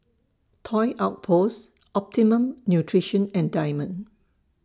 Toy Outpost Optimum Nutrition and Diamond